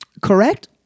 correct